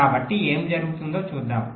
కాబట్టి ఏమి జరుగుతుందో చూద్దాం